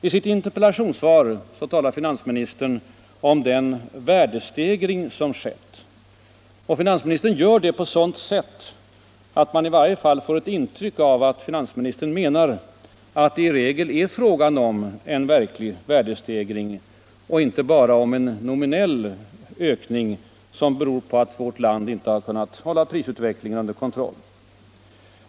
I sitt interpellationssvar talar finansministern om den ”värdestegring” som skett, och finansministern gör det på ett sådant sätt att man i varje fall får ett intryck av att finansministern menar att det i regel är fråga om en verklig värdestegring och inte bara om en nominell ökning som beror på att vårt land inte har kunnat hålla prisutvecklingen under kontroll.